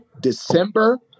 December